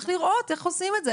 צריך לראות איך עושים את זה.